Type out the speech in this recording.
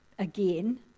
Again